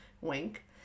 wink